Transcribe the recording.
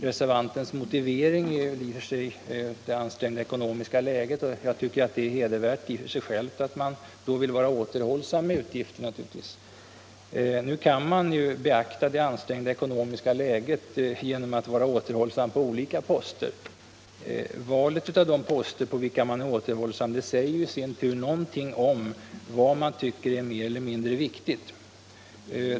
Reservantens motivering är det ansträngda ekonomiska läget, och jag tycker att det i och för sig är hedervärt att man vill vara återhållsam med utgifterna. Nu kan man emellertid beakta det ansträngda ekonomiska läget genom att vara återhållsam på olika poster. Valet av de poster där man vill vara återhållsam säger i sin tur någonting om vad man tycker är mer eller mindre viktigt.